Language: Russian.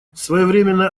своевременная